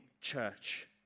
church